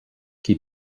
qui